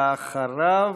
ואחריו,